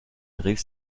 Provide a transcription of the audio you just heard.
rief